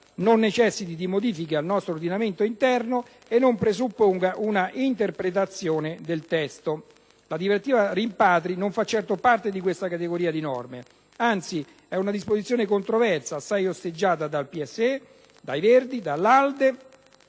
non necessiti di modifiche al nostro ordinamento interno e non presupponga una interpretazione del testo. La direttiva rimpatri non fa certo parte di questa categoria di norme, anzi, è una disposizione controversa, assai osteggiata dal PSE, dai Verdi e dall'ALDE